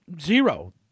Zero